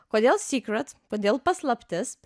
kodėl sykret kodėl paslaptis